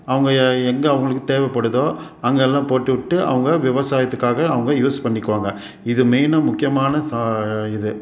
அவங்கள் எ எங்கே அவர்களுக்கு தேவைப்படுதோ அங்கெல்லாம் போட்டுவிட்டு அவங்கள் விவசாயத்துக்காக அவங்கள் யூஸ் பண்ணிக்குவாங்க இது மெயினாக முக்கியமான சா இது